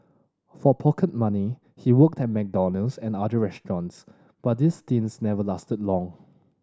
for pocket money he worked at McDonald's and other restaurants but these stints never lasted long